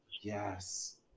Yes